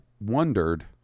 wondered